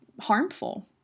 harmful